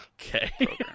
Okay